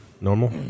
Normal